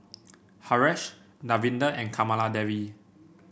Haresh Davinder and Kamaladevi